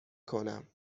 کنم